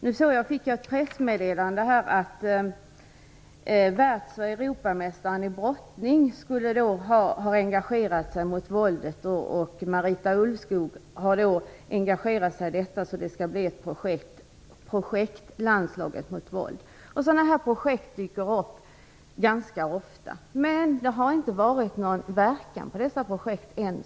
Nu fick jag ett pressmeddelande om att världsoch europamästaren i brottning skulle engagera sig mot våldet. Marita Ulvskog har då engagerat sig i detta, och det skall bli ett projekt, Landslaget mot våld. Sådana projekt dyker upp ganska ofta. Men det har än så länge inte varit någon verkan av dessa projekt.